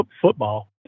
football